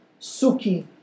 Suki